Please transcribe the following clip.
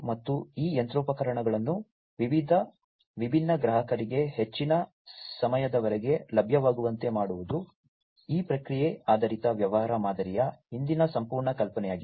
ಮತ್ತು ಈ ಯಂತ್ರೋಪಕರಣಗಳನ್ನು ವಿವಿಧ ವಿಭಿನ್ನ ಗ್ರಾಹಕರಿಗೆ ಹೆಚ್ಚಿನ ಸಮಯದವರೆಗೆ ಲಭ್ಯವಾಗುವಂತೆ ಮಾಡುವುದು ಈ ಪ್ರಕ್ರಿಯೆ ಆಧಾರಿತ ವ್ಯವಹಾರ ಮಾದರಿಯ ಹಿಂದಿನ ಸಂಪೂರ್ಣ ಕಲ್ಪನೆಯಾಗಿದೆ